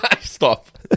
Stop